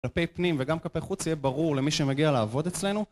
כלפי פנים וגם כפי חוץ יהיה ברור למי שמגיע לעבוד אצלנו